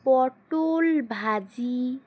পটল ভাজি